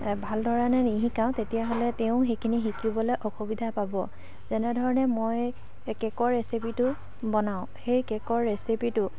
ভাল ধৰণে নিশিকাওঁ তেতিয়াহ'লে তেওঁ সেইখিনি শিকিবলৈ অসুবিধা পাব তেনেধৰণে মই কেকৰ ৰেচিপিটো বনাওঁ সেই কেকৰ ৰেচিপিটো